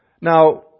Now